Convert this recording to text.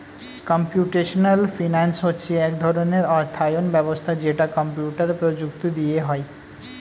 computational finance হচ্ছে এক ধরণের অর্থায়ন ব্যবস্থা যেটা কম্পিউটার প্রযুক্তি দিয়ে হয়